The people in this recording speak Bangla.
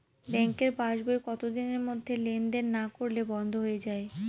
ব্যাঙ্কের পাস বই কত দিনের মধ্যে লেন দেন না করলে বন্ধ হয়ে য়ায়?